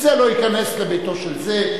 זה לא ייכנס לביתו של זה.